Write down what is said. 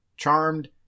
Charmed